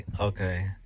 Okay